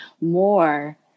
more